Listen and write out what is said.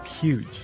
Huge